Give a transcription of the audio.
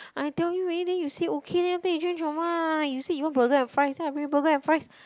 I tell you already then you say okay then after that you change your mind you say you want burger and fries so I bring burger and fries